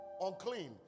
unclean